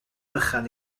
bychan